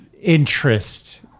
interest